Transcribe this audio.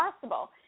possible